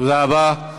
תודה רבה.